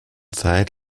zeit